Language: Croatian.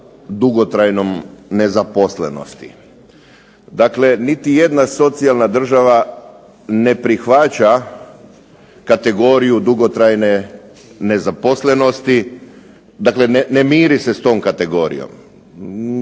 dugotrajnom nezaposlenosti. Dakle, niti jedna socijalna država ne prihvaća kategoriju dugotrajne nezaposlenosti, dakle ne miri se s tom kategorijom.